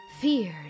feared